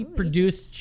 produced